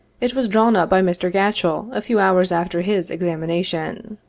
it was drawn up by mr. gatchell a few hours after his examination.